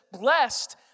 blessed